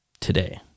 Today